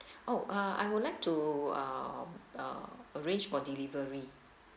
oh uh I would like to uh uh arrange for delivery